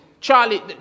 Charlie